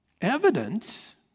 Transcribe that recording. evidence